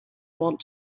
want